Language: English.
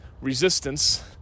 resistance